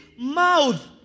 mouth